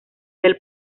del